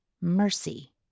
mercy